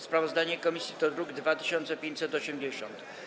Sprawozdanie komisji to druk nr 2580.